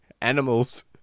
animals